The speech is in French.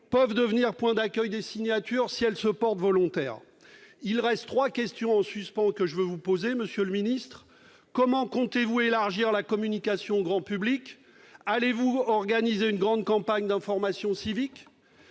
peuvent devenir point d'accueil des signatures si elles se portent volontaires. Trois questions restent en suspens, monsieur le ministre : comment comptez-vous élargir la communication au grand public et allez-vous organiser une grande campagne d'information civique ?